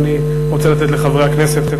ואני רוצה לתת לחברי הכנסת.